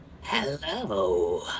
Hello